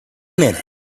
minute